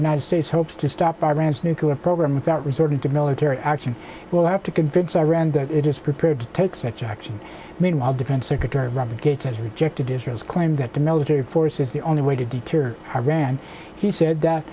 united states hopes to stop iran's nuclear program without resorting to military action will have to convince iran that it is prepared to take such action meanwhile defense secretary robert gates has rejected israel's claim that the military force is the only way to deter iran he said that